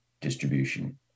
distribution